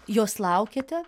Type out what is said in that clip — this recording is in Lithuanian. jos laukiate